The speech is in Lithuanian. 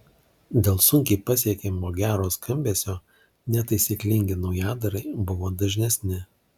dėl sunkiai pasiekiamo gero skambesio netaisyklingi naujadarai buvo dažnesni